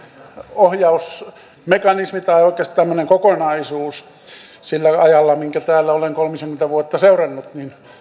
ohjausmekanismi tai oikeastaan tämmöinen kokonaisuus sillä ajalla minkä täällä olen kolmisenkymmentä vuotta näitä seurannut